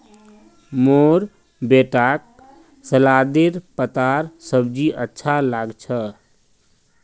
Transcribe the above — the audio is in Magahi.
मोर बेटाक सलादेर पत्तार सब्जी अच्छा लाग छ